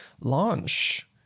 launch